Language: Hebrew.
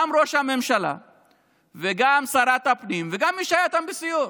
גם ראש הממשלה וגם שרת הפנים וגם מי שהיה איתם בסיור,